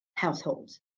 Households